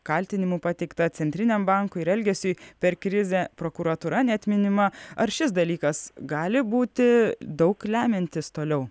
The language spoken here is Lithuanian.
kaltinimų pateikta centriniam bankui ir elgesiui per krizę prokuratūra net minima ar šis dalykas gali būti daug lemiantis toliau